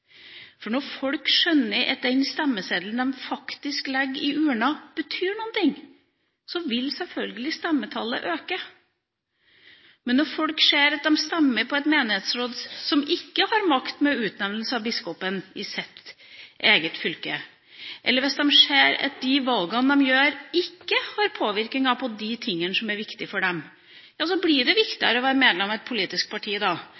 Når folk skjønner at den stemmeseddelen de legger i urna, betyr noe, vil sjølsagt stemmetallet øke. Men når folk ser at de stemmer på et menighetsråd som ikke har makt ved utnevnelse av biskopen i deres eget fylke, eller hvis de ser at de valgene de gjør, ikke har påvirkning på de tingene som er viktige for dem, blir det viktigere å være medlem av et politisk parti